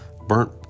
burnt